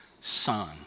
son